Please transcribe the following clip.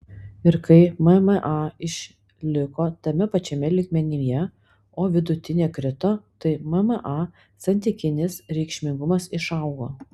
ir kai mma išliko tame pačiame lygmenyje o vidutinė krito tai mma santykinis reikšmingumas išaugo